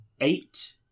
Eight